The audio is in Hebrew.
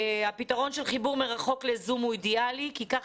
הפתרון של חיבור מרחוק לזום הוא אידיאלי כי כך